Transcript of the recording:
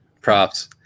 props